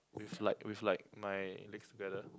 with like with like my legs together